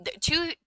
two